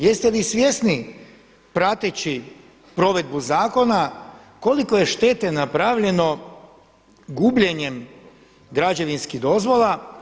Jeste li svjesni prateći provedbu zakona koliko je štete napravljeno gubljenjem građevinskih dozvola.